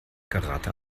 karate